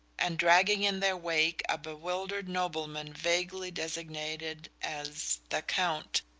and dragging in their wake a bewildered nobleman vaguely designated as the count,